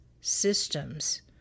systems